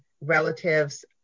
relatives